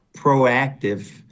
proactive